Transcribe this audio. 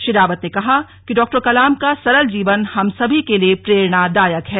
श्री रावत ने कहा कि डॉकलाम का सरल जीवन हम सभी के लिए प्रेरणादायक है